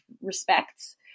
respects